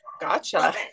gotcha